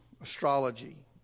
astrology